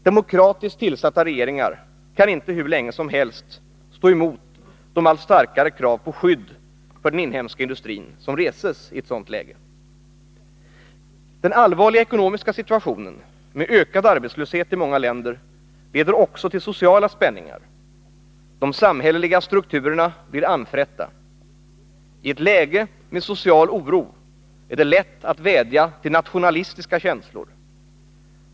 Demokratiskt tillsatta regeringar kan inte hur länge som helst stå emot de allt starkare krav på skydd för den inhemska industrin som reses i ett sådant läge. Den allvarliga ekonomiska situationen med ökad arbetslöshet i många länder leder också till sociala spänningar. De samhälleliga strukturerna blir anfrätta. I ett läge med social oro är det lätt att vädja till nationalistiska känslor.